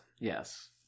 Yes